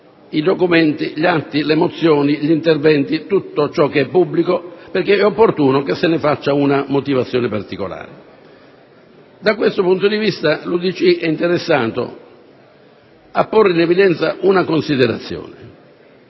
i documenti, gli atti, le mozioni, gli interventi e tutto ciò che è pubblico perché è opportuno che se ne faccia una motivazione particolare. Da questo punto di vista, l'UDC è interessato a porre in evidenza una considerazione: